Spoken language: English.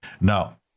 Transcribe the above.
Now